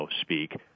speak